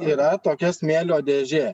yra tokia smėlio dėžė